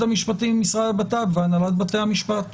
המשפטים והמשרד לבט"פ והנהלת בתי המשפט,